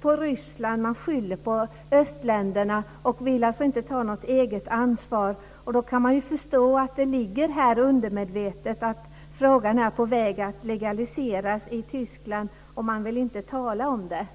på Ryssland och andra östländer och vill inte ta något eget ansvar. Och då kan man ju förstå att det undermedvetet ligger att prostitutionen håller på att legaliseras i Tyskland och att man inte vill tala om den.